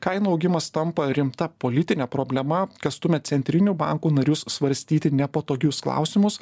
kainų augimas tampa rimta politine problema kas stumia centrinių bankų narius svarstyti nepatogius klausimus